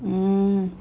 mm